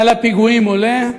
גל הפיגועים עולה.